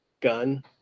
gun